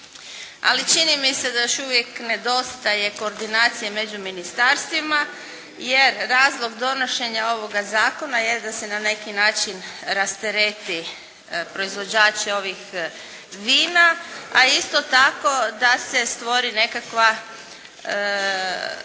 Ali čini mi se da još uvijek nedostaje koordinacije među ministarstvima jer razlog donošenja ovoga Zakona je da se na neki način rastereti proizvođače ovih vina, a isto tako da se stvori nekakva,